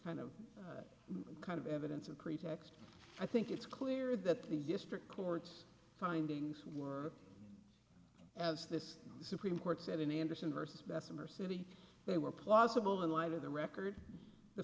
kind of kind of evidence of pretext i think it's clear that the district court's findings were as this supreme court said in andersen versus bessemer city they were plausible in light of the record the